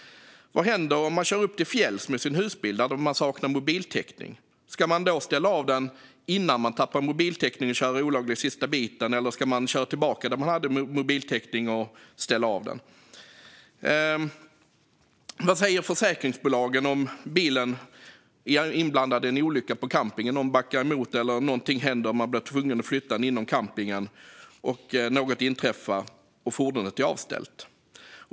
Vad händer om man kör upp till fjällen med sin husbil, där mobiltäckning saknas? Ska man ställa av den innan man tappar mobiltäckning och köra olagligt sista biten? Eller ska man köra tillbaka och ställa av den där man hade mobiltäckning? Vad säger försäkringsbolagen om bilen är inblandad i en olycka på campingen? Det kan vara någon som backar emot den, eller det kan vara någonting annat som händer. Man kan bli tvungen att flytta fordonet inom campingen. Något kan inträffa, och fordonet är avställt.